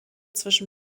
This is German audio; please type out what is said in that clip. zwischen